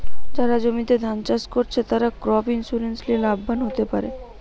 যারা জমিতে ধান চাষ কোরছে, তারা ক্রপ ইন্সুরেন্স লিয়ে লাভবান হোতে পারে